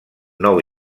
nou